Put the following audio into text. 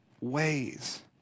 ways